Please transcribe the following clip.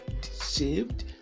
saved